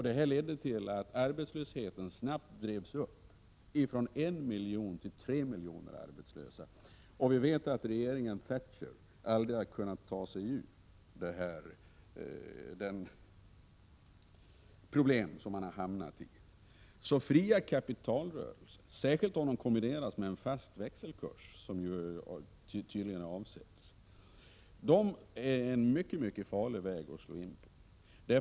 Det ledde till att arbetslösheten snabbt drevs upp från en miljon till tre miljoner arbetslösa, och vi vet att regeringen Thatcher aldrig har kunnat ta sig ur de problem som landet hamnat i. Så fria kapitalrörelser, särskilt om de kombineras med en fast växelkurs, vilket tydligen har avsetts, är en mycket farlig väg att slå in på.